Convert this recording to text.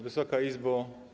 Wysoka Izbo!